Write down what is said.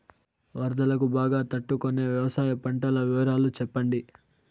వరదలకు బాగా తట్టు కొనే వ్యవసాయ పంటల వివరాలు చెప్పండి?